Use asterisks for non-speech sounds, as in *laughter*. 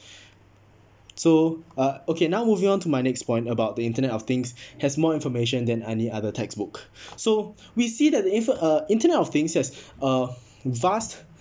*breath* so uh okay now moving on to my next point about the internet of things *breath* has more information than any other textbook *breath* so we see that the info~ uh internet of things has *breath* a vast